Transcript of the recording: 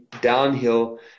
downhill